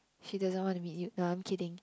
she doesn't want to meet you no I'm kidding